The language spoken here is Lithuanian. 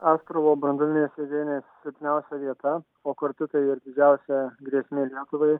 astravo branduolinės jėgainės silpniausia vieta o kartu ir didžiausia grėsmė lietuvai